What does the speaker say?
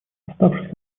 оставшись